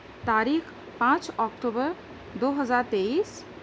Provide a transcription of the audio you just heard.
تاریخ پانچ اکتوبر دو ہزار تیئیس